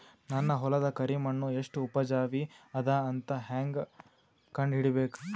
ನನ್ನ ಹೊಲದ ಕರಿ ಮಣ್ಣು ಎಷ್ಟು ಉಪಜಾವಿ ಅದ ಅಂತ ಹೇಂಗ ಕಂಡ ಹಿಡಿಬೇಕು?